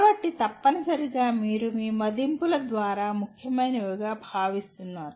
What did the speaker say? కాబట్టి తప్పనిసరిగా మీరు మీ మదింపుల ద్వారా ముఖ్యమైనవిగా భావిస్తున్నారు